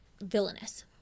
villainous